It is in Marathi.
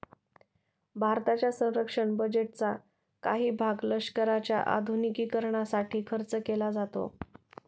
भारताच्या संरक्षण बजेटचा काही भाग लष्कराच्या आधुनिकीकरणासाठी खर्च केला जातो